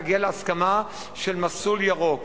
להגיע להסכמה של מסלול ירוק,